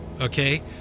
okay